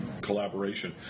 collaboration